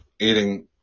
eating